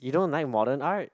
you don't like modern art